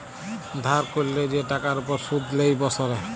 ধার ক্যরলে যে টাকার উপর শুধ লেই বসরে